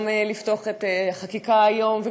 גם לפתוח את החקיקה היום,